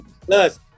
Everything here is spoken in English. plus